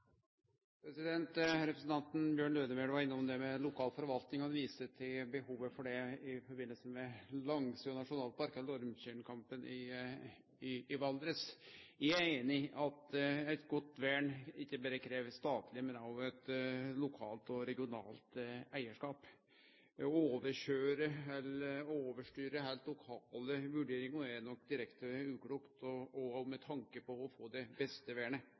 CO2-avgiften. Representanten Bjørn Lødemel var innom det med lokal forvalting. Han viste til behovet for det i forbindelse med Langesjøen eller Ormtjernkampen nasjonalpark i Valdres. Eg er einig i at eit godt vern ikkje berre krev eit statleg, men òg eit lokalt og regionalt eigarskap. Å overkøyre eller overstyre heilt lokale vurderingar er nok direkte uklokt, òg med tanke på å få det beste vernet.